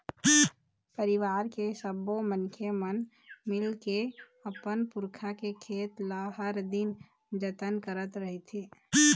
परिवार के सब्बो मनखे मन मिलके के अपन पुरखा के खेत ल हर दिन जतन करत रहिथे